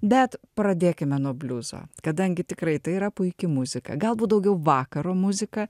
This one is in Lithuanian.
bet pradėkime nuo bliuzo kadangi tikrai tai yra puiki muzika galbūt daugiau vakaro muzika